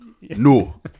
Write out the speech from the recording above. no